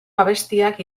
abestiak